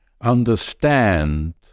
understand